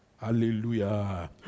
hallelujah